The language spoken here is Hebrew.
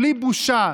בלי בושה.